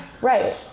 Right